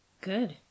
Good